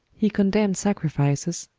he condemned sacrifices,